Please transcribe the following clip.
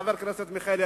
חבר הכנסת מיכאלי,